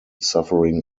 suffering